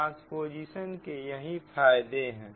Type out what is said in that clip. transposition के यही फायदे हैं